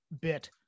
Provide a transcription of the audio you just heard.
bit